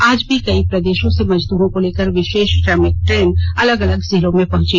आज भी कई प्रदेषों से मजदूरो को लेकर विषेष श्रमिक ट्रेन अलग अलग जिलों में पहुंची